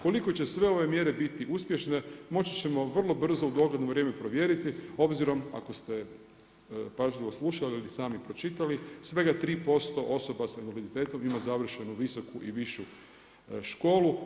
Koliko će sve ove mjere biti uspješne moći ćemo vrlo brzo u dogledno vrijeme provjeriti obzirom ako ste pažljivo slušali ili sami pročitali, svega 3% osoba sa invaliditetom ima završenu visoku i višu školu.